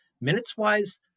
minutes-wise